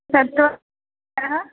तत्तु ह्यः